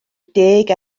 deg